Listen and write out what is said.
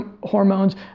hormones